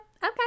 okay